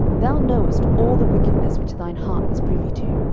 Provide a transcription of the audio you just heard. thou knowest all the wickedness which thine heart is privy to,